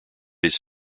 his